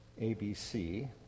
ABC